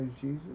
Jesus